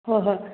ꯍꯣꯏ ꯍꯣꯏ